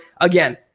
again